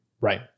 Right